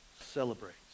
celebrates